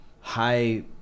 high